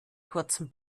kurzen